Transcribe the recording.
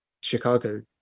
Chicago